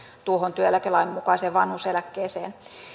alusta työeläkelain mukaiseen vanhuuseläkkeeseen